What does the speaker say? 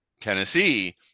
Tennessee